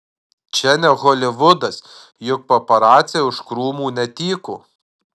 čia ne holivudas juk paparaciai už krūmų netyko